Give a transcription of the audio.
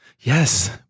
Yes